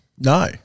No